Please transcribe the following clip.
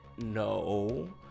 No